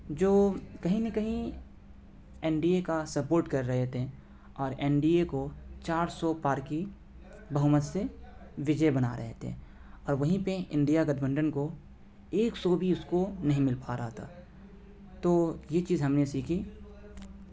جو کہیں نہ کہیں این ڈی اے کا سپورٹ کر رہے تھے اور این ڈی اے کو چار سو پار کی بہومت سے وجے بنا رہے تھے اور وہیں پہ انڈیا گٹھبنڈن کو ایک سو بھی اس کو نہیں مل پا رہا تھا تو یہ چیز ہم نے سیکھی